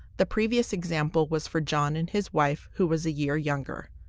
the previous example was for john and his wife who was a year younger.